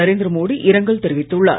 நரேந்திர மோடி இரங்கல் தெரிவித்துள்ளார்